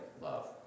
love